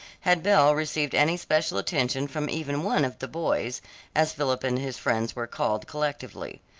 had belle received any special attention from even one of the boys as philip and his friends were called collectively.